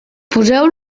poseu